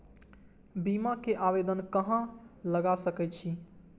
बीमा के आवेदन कहाँ लगा सके छी?